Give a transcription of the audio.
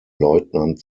leutnant